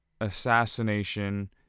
assassination